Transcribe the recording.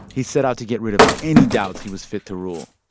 he set out to get rid of any doubts he was fit to rule.